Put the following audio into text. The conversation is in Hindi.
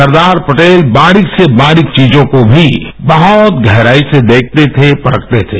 सरदार पटेल बारीक से बारीक चीजों को भी बहुत गहराई से देखते थे परखते थे